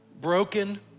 Broken